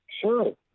Sure